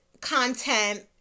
content